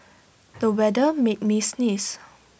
the weather made me sneeze